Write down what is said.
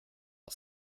att